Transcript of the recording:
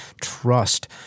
trust